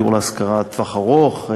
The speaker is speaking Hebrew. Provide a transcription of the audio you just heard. דיור להשכרה לטווח ארוך.